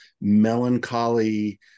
melancholy